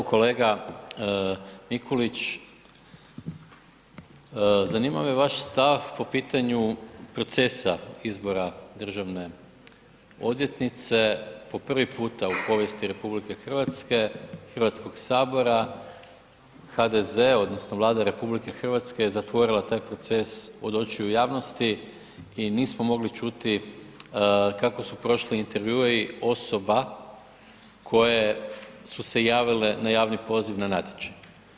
Kolega Mikulić, zanima me vaš stav po pitanju procesa izbora državne odvjetnice po prvi puta u povijesti RH, Hrvatskog sabora, HDZ odnosno Vlada RH je zatvorila taj proces od očiju javnosti i nismo mogli čuti kako su prošli intervjui osoba koje su se javile na javni poziv na natječaj.